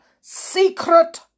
secret